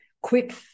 quick